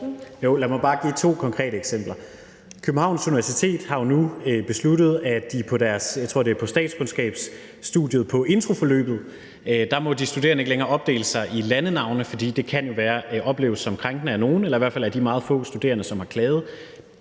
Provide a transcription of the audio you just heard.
lad mig bare give to konkrete eksempler. Københavns Universitet har jo nu besluttet, at de studerende på, jeg tror, det er statskundskabsstudiets introforløb, ikke længere må opdele sig i landenavne, fordi det kan opleves som krænkende af nogle eller i hvert fald af de meget få studerende, som har klaget.